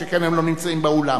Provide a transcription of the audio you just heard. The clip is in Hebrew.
שכן הם לא נמצאים באולם,